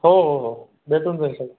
हो हो हो भेटून जाईल सक